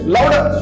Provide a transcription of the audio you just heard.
Louder